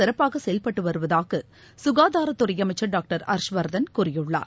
சிறப்பாக செயல்பட்டு வருவதாக குனதாரத்துறை அமைச்சர் டாக்டர் ஹர்ஷ் வர்தன் கூறியுள்ளார்